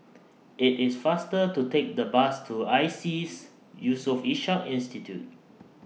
IT IS faster to Take The Bus to ISEAS Yusof Ishak Institute